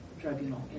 Tribunal